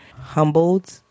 humbled